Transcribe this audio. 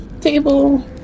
table